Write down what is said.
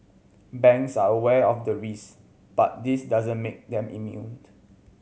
banks are aware of the risk but this doesn't make them immune